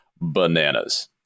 bananas